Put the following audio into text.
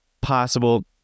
possible